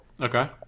Okay